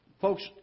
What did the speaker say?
Folks